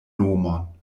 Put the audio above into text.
nomon